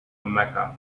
mecca